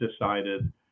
decided